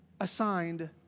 assigned